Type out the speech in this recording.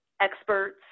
experts